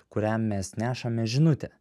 kuriam mes nešame žinutę